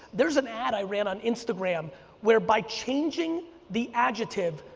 there's an ad i ran on instagram where by changing the adjective,